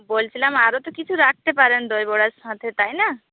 বলছিলাম আরও তো কিছু রাখতে পারেন দইবড়ার সাথে তাই না